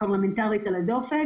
פרלמנטרית על הדופק.